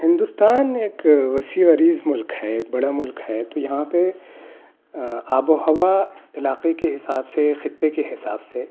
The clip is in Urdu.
ہندوستان ایک وسیع و عریض ملک ہے ایک بڑا ملک ہے تو یہاں پہ آب و ہوا علاقے کے حساب سے خطے کے حساب سے